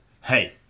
Hey